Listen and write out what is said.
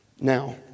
Now